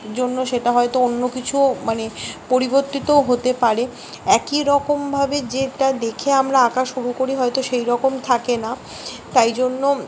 জন্য সেটা হয়তো অন্য কিছুও মানে পরিবর্তিত হতে পারে একই রকমভাবে যেটা দেখে আমরা আঁকা শুরু করি হয়তো সেই রকম থাকে না তাই জন্য